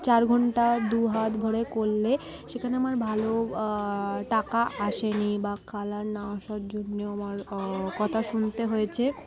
চার ঘণ্টা দু হাত ভরে করলে সেখানে আমার ভালো টাকা আসেনি বা কালার না আসার জন্যও আমার কথা শুনতে হয়েছে